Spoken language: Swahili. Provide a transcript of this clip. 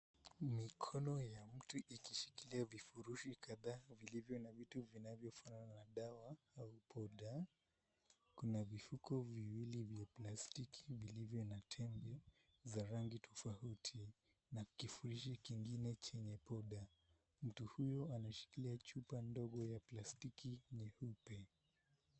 Mikono ya mtu ikishikilia vifurushi kadhaa vilivyo na vitu vinavyofanana na dawa au poda. Kuna vifuko viwili vya plastiki vilivyo na tembe za rangi tofauti na kifurushi kingine chenye poda. Mtu huyo anashikilia chupa ndogo ya plastiki nyeupe.